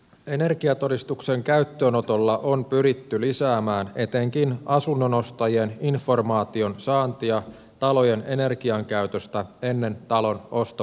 energiatodistuksen käyttöönotolla on pyritty lisäämään etenkin asunnon ostajien informaation saantia talojen energiankäytöstä ennen talon ostopäätöstä